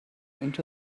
into